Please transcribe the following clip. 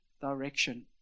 direction